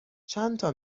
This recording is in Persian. چندتا